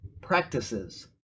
practices